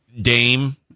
Dame